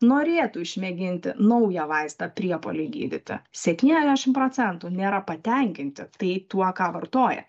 norėtų išmėginti naują vaistą priepuoliui gydyti septyniasdešim procentų nėra patenkinti tai tuo ką vartoja